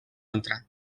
altra